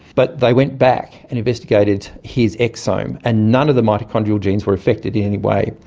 but they went back and investigated his exome, and none of the mitochondrial genes were affected in any way.